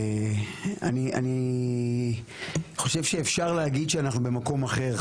אני חושב שאפשר להגיד שאנחנו במקום אחר,